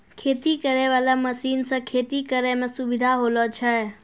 खेती करै वाला मशीन से खेती करै मे सुबिधा होलो छै